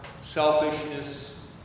selfishness